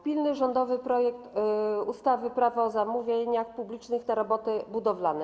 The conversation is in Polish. Pilny rządowy projekt ustawy - Prawo zamówień publicznych, roboty budowlane.